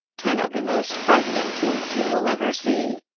ten of the most frightening tombs you will ever see.